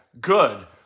Good